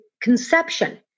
conception